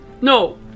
No